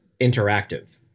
interactive